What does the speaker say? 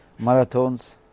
marathons